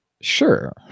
sure